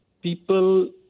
people